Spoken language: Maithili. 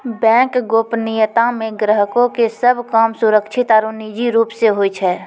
बैंक गोपनीयता मे ग्राहको के सभ काम सुरक्षित आरु निजी रूप से होय छै